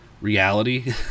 reality